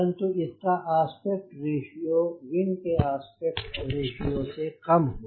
परंतु इसका aspect ratio wing के आस्पेक्ट रेशियो से कम हो